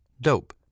Dope